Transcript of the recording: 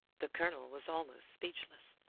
the colonel was almost speechless.